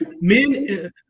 men